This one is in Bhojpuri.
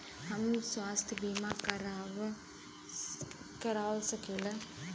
हम स्वास्थ्य बीमा करवा सकी ला?